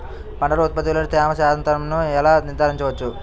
పంటల ఉత్పత్తిలో తేమ శాతంను ఎలా నిర్ధారించవచ్చు?